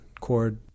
chord